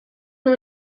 nur